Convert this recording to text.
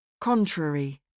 Contrary